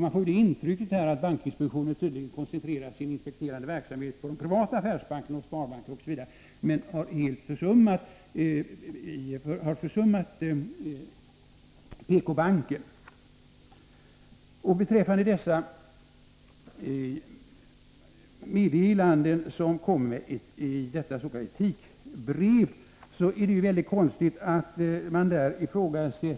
Man får intrycket att bankinspektionen har koncentrerat sin inspekterande verksamhet på de privata affärsbankerna, sparbankerna och liknande institutioner men försummat PK-banken. Beträffande det s.k. etikbrevet vill jag säga att det är väldigt konstigt att man där uttalar sig